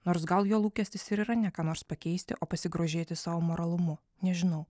nors gal jo lūkestis ir yra ne ką nors pakeisti o pasigrožėti savo moralumu nežinau